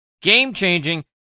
game-changing